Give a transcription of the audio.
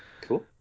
Cool